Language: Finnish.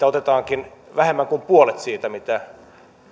otettiinkin vähemmän kuin puolet siitä mitä